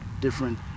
different